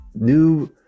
new